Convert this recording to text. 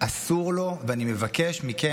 אסור לו לתת יד,